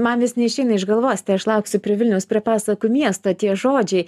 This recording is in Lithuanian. man vis neišeina iš galvos tai aš lauksiu prie vilniaus prie pasakų miesto tie žodžiai